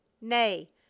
Nay